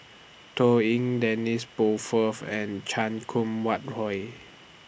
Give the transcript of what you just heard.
Toh Liying Dennis Bloodworth and Chan Kum Wah Roy